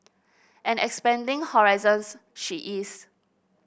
and expanding horizons she is